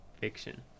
Fiction